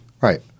right